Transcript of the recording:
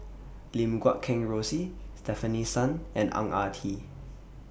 Lim Guat Kheng Rosie Stefanie Sun and Ang Ah Tee